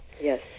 Yes